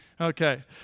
Okay